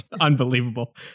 Unbelievable